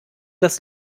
das